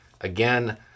Again